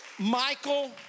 Michael